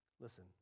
Listen